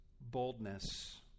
boldness